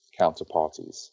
counterparties